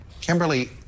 Kimberly